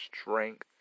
strength